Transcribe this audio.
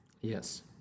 Yes